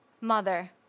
mother